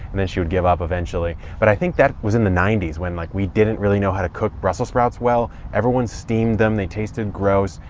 and then she would give up eventually. but i think that was in the nineties when like, we didn't really know how to cook brussels sprouts well. everyone steamed them. they tasted gross.